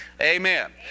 Amen